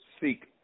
seek